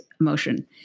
emotion